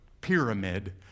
pyramid